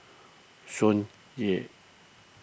Tsung Yeh